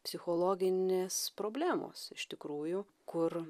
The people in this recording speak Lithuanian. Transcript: psichologinės problemos iš tikrųjų kur